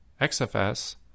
xfs